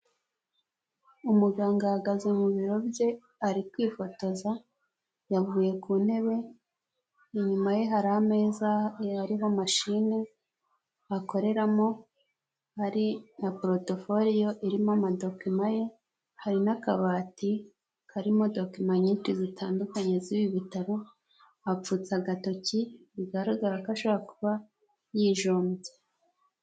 Umuganga ahagaze mu biro bye ari kwifotoza yavuye ku ntebe, inyuma ye hari ameza ariho mashine akoreramo, hari na porotoforiyo irimo amadokima ye, hari n'akabati karimo dokima nyinshi zitandukanye z'ibi bitaro, apfutse agatoki bigaragara ko ashobora kuba yijombye.